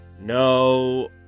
no